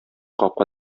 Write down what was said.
капка